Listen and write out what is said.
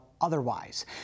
otherwise